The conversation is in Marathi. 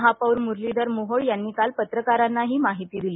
महापौर मुरलीधर मोहोळ यांनी काल पत्रकारांना ही माहिती दिली